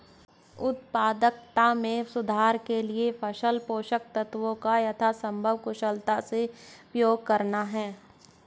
उत्पादकता में सुधार के लिए फसल पोषक तत्वों का यथासंभव कुशलता से उपयोग करना है